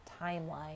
timeline